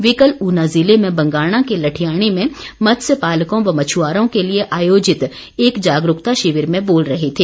वे कल ऊना जिले में बंगाणा के लठियाणी में मत्स्य पालकों व मछ्आरों के लिए आयोजित एक जागरूकता शिविर में बोल रहे थे